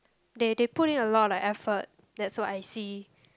they they put in a lot like effort that's what I see